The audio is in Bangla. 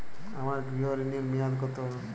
আমার গৃহ ঋণের মেয়াদ কত?